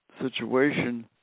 situation